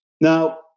Now